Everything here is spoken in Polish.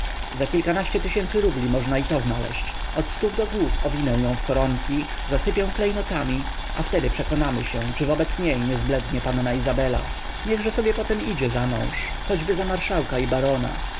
wynajdą mi kobietę mającą podobne do niej rysy za kilkanaście tysięcy rubli można i to nawet znaleźć od stóp do głów owinę ją w koronki zasypię klejnotami a wtedy przekonamy się czy wobec niej nie zblednie panna izabela niechże sobie potem idzie zamąż choćby za marszałka i barona